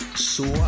so i